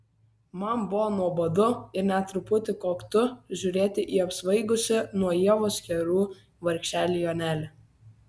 man buvo nuobodu ir net truputį koktu žiūrėti į apsvaigusį nuo ievos kerų vargšelį jonelį